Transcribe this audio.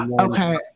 Okay